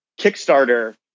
Kickstarter